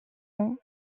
ans